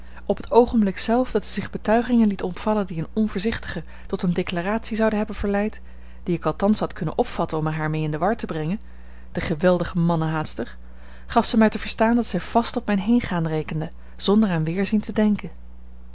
op het oogenblik zelf dat zij zich betuigingen liet ontvallen die een onvoorzichtige tot eene declaratie zouden hebben verleid die ik althans had kunnen opvatten om er haar mee in de war te brengen de geweldige mannenhaatster gaf ze mij te verstaan dat zij vast op mijn heengaan rekende zonder aan weerzien te denken